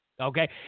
okay